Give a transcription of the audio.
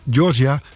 Georgia